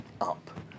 up